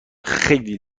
خیلی